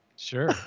sure